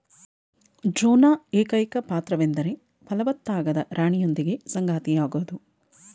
ಡ್ರೋನ್ನ ಏಕೈಕ ಪಾತ್ರವೆಂದರೆ ಫಲವತ್ತಾಗದ ರಾಣಿಯೊಂದಿಗೆ ಸಂಗಾತಿಯಾಗೋದು